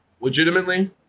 legitimately